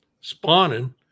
spawning